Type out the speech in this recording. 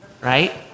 right